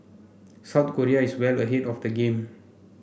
South Korea is well ahead of the game